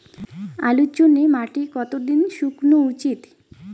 আলুর জন্যে মাটি কতো দিন শুকনো উচিৎ?